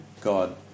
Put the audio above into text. God